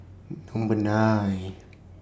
Number nine